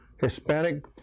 Hispanic